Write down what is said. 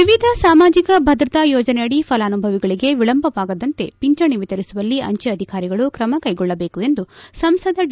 ವಿವಿಧ ಸಾಮಾಜಿಕ ಭದ್ರತಾ ಯೋಜನೆಯಡಿ ಫಲಾನುಭವಿಗಳಿಗೆ ವಿಳಂಬವಾಗದಂತೆ ಪಿಂಚಣಿ ವಿತರಿಸುವಲ್ಲಿ ಅಂಚೆ ಅಧಿಕಾರಿಗಳು ಕ್ರಮ ಕೈಗೊಳ್ಳಬೇಕು ಎಂದು ಸಂಸದ ಡಿ